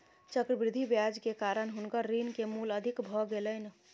चक्रवृद्धि ब्याज के कारण हुनकर ऋण के मूल अधिक भ गेलैन